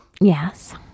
Yes